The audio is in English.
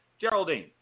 Geraldine